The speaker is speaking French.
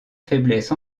faiblesse